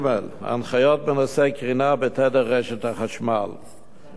הנחיות בנושא קרינה בתדר רשת החשמל ELF,